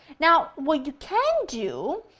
now, what you can do,